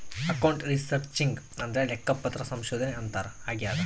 account researching ಅಂದ್ರೆ ಲೆಕ್ಕಪತ್ರ ಸಂಶೋಧನೆ ಅಂತಾರ ಆಗ್ಯದ